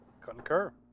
Concur